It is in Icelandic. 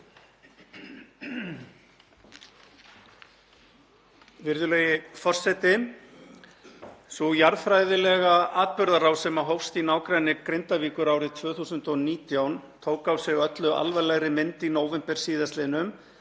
Virðulegi forseti. Sú jarðfræðilega atburðarás sem hófst í nágrenni Grindavíkur árið 2019 tók á sig öllu alvarlegri mynd í nóvember síðastliðnum